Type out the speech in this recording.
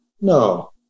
No